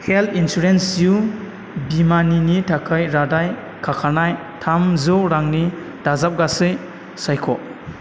health insurance जिउ बीमानिनि थाखाय रादाय खाखानाय थामजौ रांनि दाजाबगासै सायख'